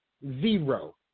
Zero